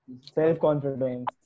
Self-confidence